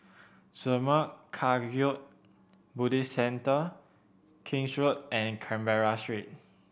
Zurmang Kagyud Buddhist Centre King's Road and Canberra Street